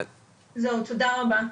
זהו, תודה רבה.